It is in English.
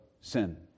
sin